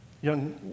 Young